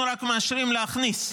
אנחנו רק מאשרים להכניס,